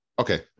Okay